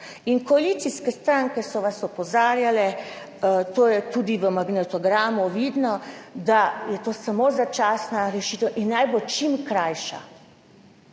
Koalicijske stranke so vas opozarjale, to je tudi v magnetogramu vidno, da je to samo začasna rešitev in naj bo čim krajša.